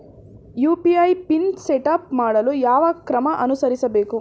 UPI PIN setup ಮಾಡಲು ಯಾವ ಕ್ರಮ ಅನುಸರಿಸಬೇಕು?